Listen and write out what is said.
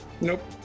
Nope